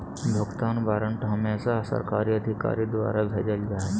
भुगतान वारन्ट हमेसा सरकारी अधिकारी द्वारा भेजल जा हय